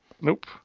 Nope